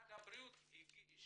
שמשרד הבריאות הגיש